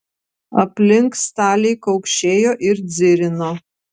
aplink staliai kaukšėjo ir dzirino